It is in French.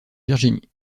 virginie